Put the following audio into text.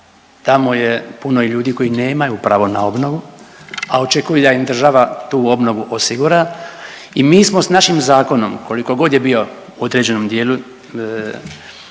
tamo je puno i ljudi i ljudi koji nemaju pravo na obnovu, a očekuju da im država tu obnovu osigura i mi smo s našim zakonom, koliko god je bio određen u dijelu